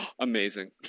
Amazing